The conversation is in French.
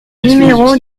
numéro